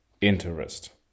interest